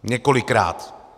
Několikrát.